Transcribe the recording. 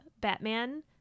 Batman